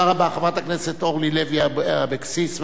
חברת הכנסת אורלי לוי אבקסיס, בבקשה.